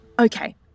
Okay